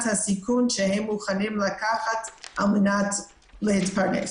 הסיכון שהם מוכנים לקחת על מנת להתפרנס.